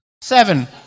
Seven